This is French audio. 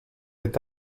est